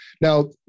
Now